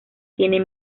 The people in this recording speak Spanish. tiene